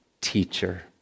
teacher